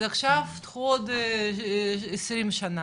אז עכשיו, קחו עוד עשרים שנה,